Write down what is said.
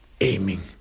aiming